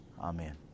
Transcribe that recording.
Amen